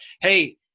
Hey